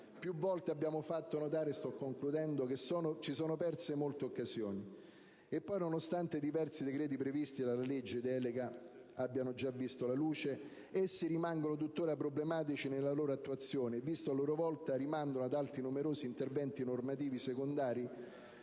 più volte abbiamo fatto notare che si sono perse molte occasioni. E poi, nonostante diversi decreti previsti dalla legge delega abbiano già visto la luce, essi rimangono tuttora problematici nella loro attuazione, visto che a loro volta rimandano ad altri numerosi interventi normativi secondari